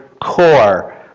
core